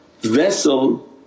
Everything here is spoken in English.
vessel